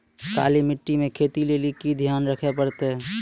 काली मिट्टी मे खेती लेली की ध्यान रखे परतै?